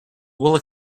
will